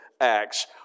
Acts